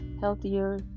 healthier